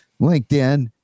LinkedIn